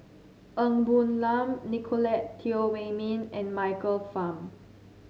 Ng Woon Lam Nicolette Teo Wei Min and Michael Fam